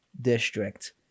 district